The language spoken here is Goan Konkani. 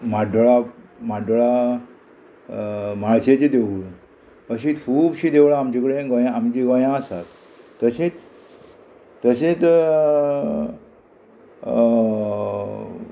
म्हाड्डोळा म्हाड्डोळा म्हाळशेची देवूळ अशी खुबशीं देवळां आमचे कडेन गोंया आमची गोंयां आसात तशेंच तशेंच